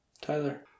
Tyler